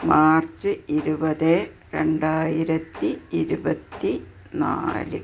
March ഇരുപത് രണ്ടായിരത്തി ഇരുപത്തി നാല്